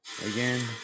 again